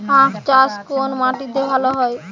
আখ চাষ কোন মাটিতে ভালো হয়?